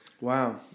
Wow